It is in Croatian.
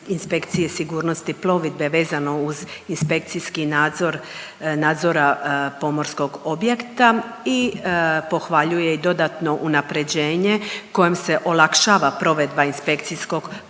inspekcije sigurnosti plovidbe vezano uz inspekcijski nadzor, nadzora pomorskog objekta i pohvaljuje i dodatno unapređenje kojom se olakšava provedba inspekcijskog postupanja